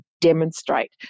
demonstrate